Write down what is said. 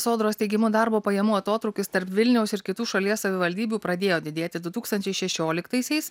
sodros teigimu darbo pajamų atotrūkis tarp vilniaus ir kitų šalies savivaldybių pradėjo didėti du tūkstančiai šešioliktaisiais